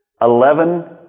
Eleven